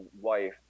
wife